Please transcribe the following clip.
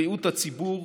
בריאות הציבור